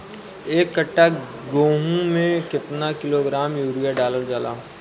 एक कट्टा गोहूँ में केतना किलोग्राम यूरिया डालल जाला?